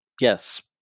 yes